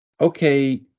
okay